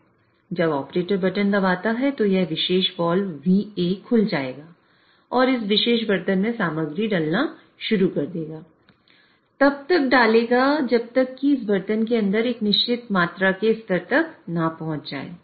जब operator button दबाता है तो यह विशेष वाल्व VA खुल जाएगा और यह इस विशेष बर्तन में सामग्री डालना शुरू कर देगा और तब तक डालेगा जब तक इस बर्तन के अंदर एक निश्चित मात्रा के स्तर तक ना पहुंच जाए